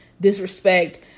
disrespect